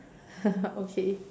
okay